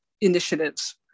initiatives